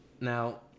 Now